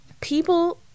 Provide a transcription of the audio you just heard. people